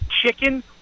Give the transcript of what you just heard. Chicken